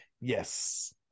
yes